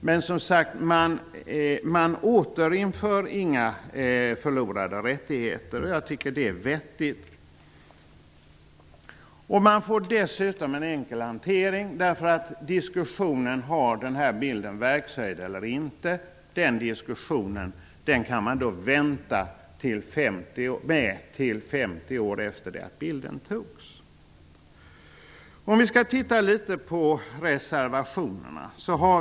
Men man återinför som sagt inga förlorade rättigheter, och jag tycker att det är vettigt. Man får dessutom en enkel hantering, eftersom man kan vänta till 50 år efter det att bilden togs med att ta upp diskussionen om bilden har någon verkshöjd eller inte. Låt oss titta litet på reservationerna.